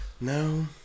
No